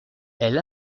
elle